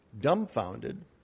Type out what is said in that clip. dumbfounded